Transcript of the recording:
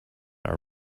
are